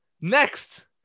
Next